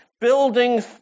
building